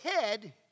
head